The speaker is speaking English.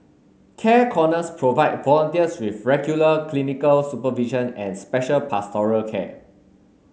care corners provide volunteers with regular clinical supervision and special pastoral care